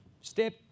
step